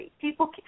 people